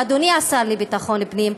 אדוני השר לביטחון פנים,